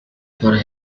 for